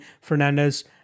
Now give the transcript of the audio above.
Fernandez